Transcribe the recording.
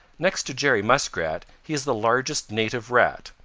next to jerry muskrat he is the largest native rat,